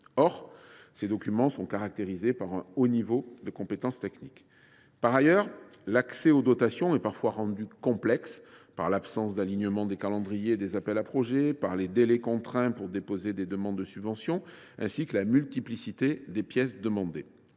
Or ces documents se caractérisent par un haut niveau de technicité. Par ailleurs, l’accès aux dotations est parfois rendu complexe par l’absence d’alignement des calendriers des appels à projet, par les délais contraints pour déposer des demandes de subventions, ainsi que par la multiplicité des pièces demandées.